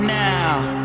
now